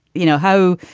you know, how